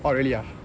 oh really ah